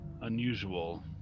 unusual